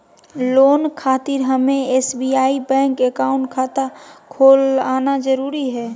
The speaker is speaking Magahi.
लोन खातिर हमें एसबीआई बैंक अकाउंट खाता खोल आना जरूरी है?